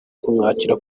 kumwakira